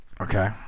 Okay